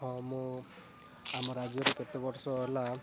ହଁ ମୁଁ ଆମ ରାଜ୍ୟରେ କେତେ ବର୍ଷ ହେଲା